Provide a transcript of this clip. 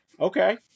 Okay